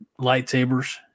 lightsabers